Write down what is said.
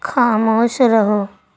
خاموش رہو